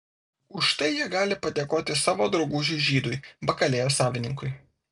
už tai jie gali padėkoti savo draugužiui žydui bakalėjos savininkui